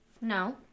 No